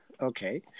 okay